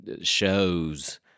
shows